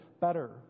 better